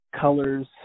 colors